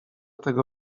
tego